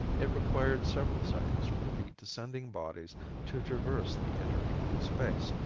it required several seconds for the descending bodies to traverse the intervening space,